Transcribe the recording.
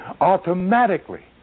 automatically